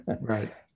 Right